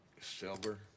silver